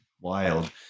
wild